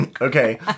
Okay